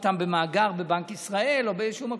אותם במאגר בבנק ישראל או באיזה מקום,